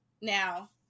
Now